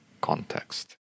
context